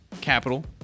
capital